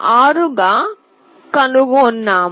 06 గా కనుగొన్నాము